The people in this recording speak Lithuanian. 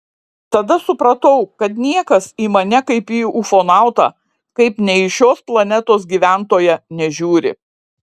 tada supratau kad niekas į mane kaip į ufonautą kaip ne į šios planetos gyventoją nežiūri